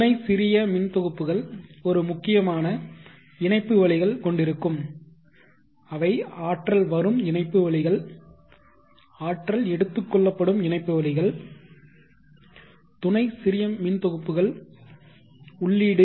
துணை சிறியமின்தொகுப்புகள் ஒரு முக்கியமான இணைப்புவழிகள் கொண்டிருக்கும் அவை ஆற்றல் வரும் இணைப்பு வழிகள் ஆற்றல் எடுத்துக்கொள்ளப்படும் இணைப்பு வழிகள் துணை சிறியமின்தொகுப்புகள் உள்ளீடு